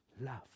love